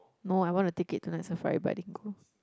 no I won a ticket to Night Safari but I didn't go